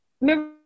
remember